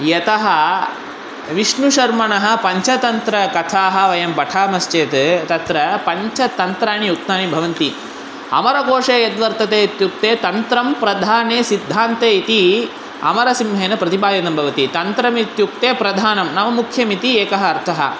यतः विष्णुशर्मणः पञ्चतन्त्रकथाः वयं पठामश्चेत् तत्र पञ्चतन्त्राणि उक्तानि भवन्ति अमरकोशे यद् वर्तते इत्युक्ते तन्त्रप्रधाने सिद्धान्ते इति अमरसिंहेन प्रतिपादितं भवति तन्त्रमित्युक्ते प्रधानं नाम मुख्यमिति एकः अर्थः